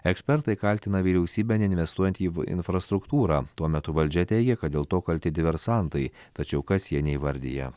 ekspertai kaltina vyriausybę neinvestuojant į infrastruktūrą tuo metu valdžia teigia kad dėl to kalti diversantai tačiau kas jie neįvardija